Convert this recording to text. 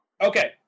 okay